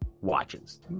watches